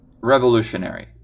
revolutionary